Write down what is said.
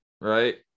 right